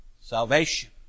salvation